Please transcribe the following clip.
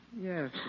Yes